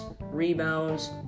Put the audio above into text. rebounds